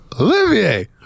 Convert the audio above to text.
Olivier